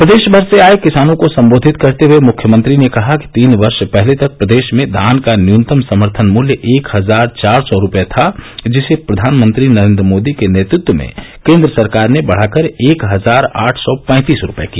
प्रदेशमर से आए किसानों को संबोधित करते हुए मुख्यमंत्री ने कहा कि तीन वर्ष पहले तक प्रदेश में धान का न्यूनतम समर्थन मूल्य एक हजार चार सौ रुपए था जिसे प्रधानमंत्री नरेंद्र मोदी के नेतृत्व में केंद्र सरकार ने बढ़ाकर एक हजार आठ सौ पैंतीस रुपए किया